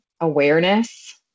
awareness